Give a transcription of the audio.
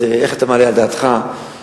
אז איך אתה מעלה על דעתך ששר,